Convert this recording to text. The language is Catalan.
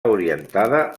orientada